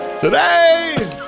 Today